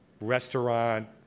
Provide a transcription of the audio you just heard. Restaurant